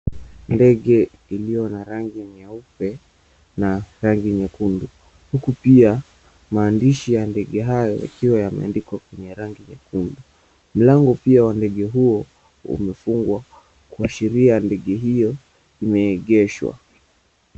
Ndege iliyo na rangi nyeupe na rangi nyekundu, huku pia maandishi ya ndege hayo ikiwa yameandikwa kwenye rangi nyekundu. Mlango pia wa ndege huo umefungwa kuashiria ndege hiyo imeegeshwa.